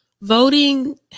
voting